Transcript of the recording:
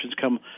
come